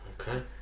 Okay